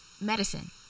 medicine